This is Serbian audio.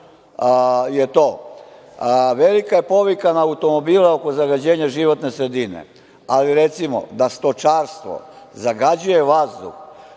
je to, velika je povika na automobile oko zagađenja životne sredine, ali, recimo, da stočarstvo zagađuje vazduh